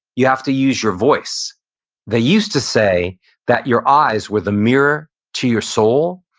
you have to use your voice they used to say that your eyes were the mirror to your soul,